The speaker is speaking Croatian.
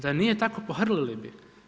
Da nije tako, pohrlili bi.